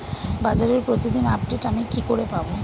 বাজারের প্রতিদিন আপডেট আমি কি করে পাবো?